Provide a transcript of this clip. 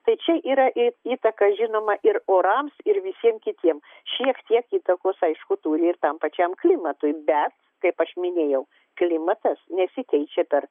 tai čia yra ir įtaka žinoma ir orams ir visiem kitiem šiek tiek įtakos aišku turi ir tam pačiam klimatui bet kaip aš minėjau klimatas nesikeičia per